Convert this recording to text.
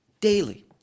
daily